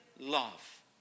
Love